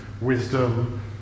Wisdom